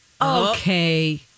Okay